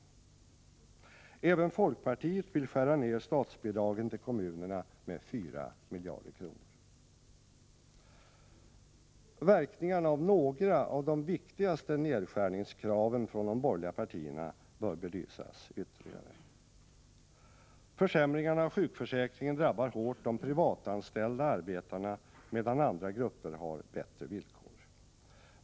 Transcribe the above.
Även folkpartiet vill skära ned statsbidragen till kommunerna med 4 miljarder kronor. Verkningarna av några av de viktigaste nedskärningskraven från de borgerliga partierna bör belysas ytterligare. Försämringarna av sjukförsäkringen drabbar hårt de privatanställda arbetarna, medan andra grupper har bättre villkor.